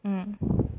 mm